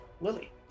Lily